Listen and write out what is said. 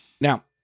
Now